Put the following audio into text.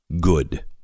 good